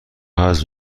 حذف